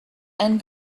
and